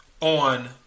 on